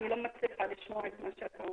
אני לא מצליחה לשמוע את מה שאתה אומר.